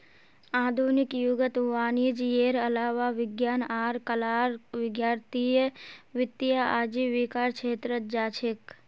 आधुनिक युगत वाणिजयेर अलावा विज्ञान आर कलार विद्यार्थीय वित्तीय आजीविकार छेत्रत जा छेक